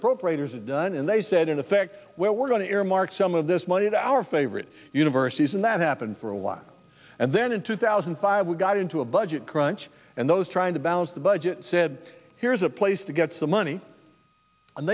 appropriators is done and they said in effect well we're going to aramark some of this money to our favorite universities and that happened for a while and then in two thousand and five we got into a budget crunch and those trying to balance the budget said here's a place to get some money and